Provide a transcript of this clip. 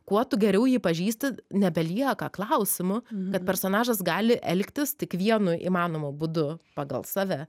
kuo tu geriau jį pažįsti nebelieka klausimų kad personažas gali elgtis tik vienu įmanomu būdu pagal save